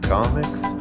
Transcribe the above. Comics